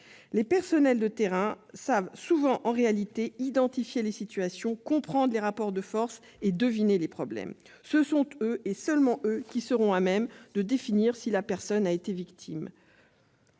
les personnels de terrain savent souvent identifier les situations, comprendre les rapports de force et deviner les problèmes. Ce sont eux, et seulement eux, qui seront à même de définir si la personne a été ou